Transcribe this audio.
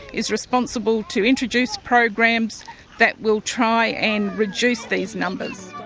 is responsible to introduce programs that will try and reduce these numbers.